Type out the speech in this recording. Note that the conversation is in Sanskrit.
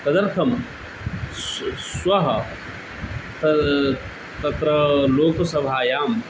तदर्थं स्व स्वः तत्र लोकसभायां